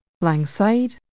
Langside